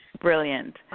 Brilliant